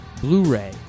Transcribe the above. blu-ray